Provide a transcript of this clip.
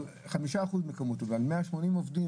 על 5% מכמות עובדים על 180 עובדים,